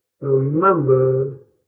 remember